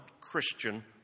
Christian